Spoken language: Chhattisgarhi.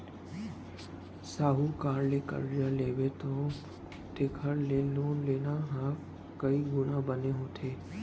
साहूकार ले करजा लेबे तेखर ले लोन लेना ह कइ गुना बने होथे